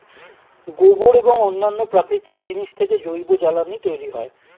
গোবর এবং অন্যান্য প্রাকৃতিক জিনিস থেকে জৈব জ্বালানি তৈরি হয়